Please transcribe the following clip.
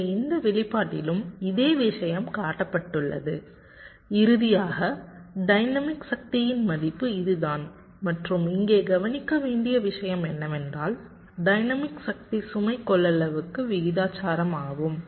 எனவே இந்த வெளிப்பாட்டிலும் இதே விஷயம் காட்டப்பட்டுள்ளது இறுதியாக டைனமிக் சக்தியின் மதிப்பு இதுதான் மற்றும் இங்கே கவனிக்க வேண்டிய விஷயம் என்னவென்றால் டைனமிக் சக்தி சுமை கொள்ளளவுக்கு விகிதாசாரமாகும்